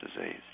disease